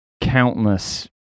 countless